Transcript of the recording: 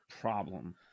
problem